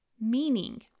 meaning